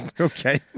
Okay